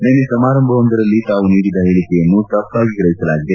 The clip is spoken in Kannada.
ನಿನ್ನೆ ಸಮಾರಂಭವೊಂದರಲ್ಲಿ ತಾವು ನೀಡಿದ ಹೇಳಿಕೆಯನ್ನು ತಪ್ಪಾಗಿ ಗ್ರಹಿಸಲಾಗಿದೆ